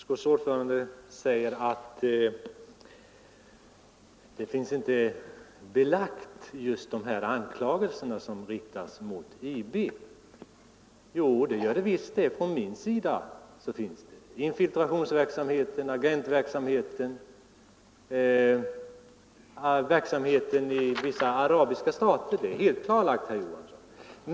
Herr talman! Utskottets ordförande säger att de anklagelser som riktas mot IB inte är belagda. Jo, det är de visst; från min sida är de belagda. Infiltrationsverksamheten, agentverksamheten, verksamheten i vissa arabiska stater — detta är helt klarlagt, herr Johansson i Trollhättan.